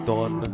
Don